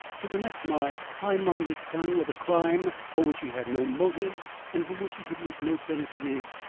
to connect my high-minded son with a crime for which he had no motive and from which he could reap no benefit is,